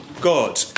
God